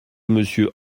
monsieur